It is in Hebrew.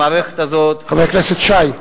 חבר הכנסת שי,